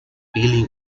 appealing